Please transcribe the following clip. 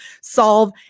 solve